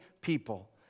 people